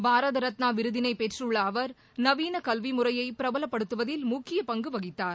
பாரத ரத்னா விருதினைப் பெற்றுள்ள அவர் நவீன கல்வி முறையை பிரபலப்படுத்துவதில் முக்கிய பங்கு வகித்தார்